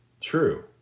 true